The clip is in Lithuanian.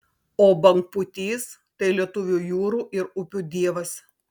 o bangpūtys tai lietuvių jūrų ir upių dievas